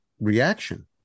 reaction